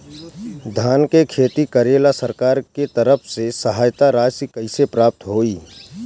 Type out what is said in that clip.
धान के खेती करेला सरकार के तरफ से सहायता राशि कइसे प्राप्त होइ?